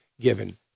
given